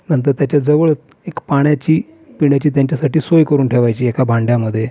नंतर त्याच्याजवळच एक पाण्याची पिण्याची त्यांच्यासाठी सोय करून ठेवायची एका भांडयामध्ये